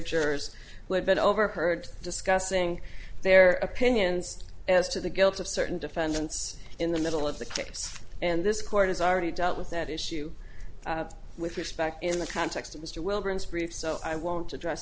jurors who had been overheard discussing their opinions as to the guilt of certain defendants in the middle of the case and this court has already dealt with that issue with respect in the context of mr wilderness brief so i won't address